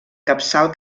capçal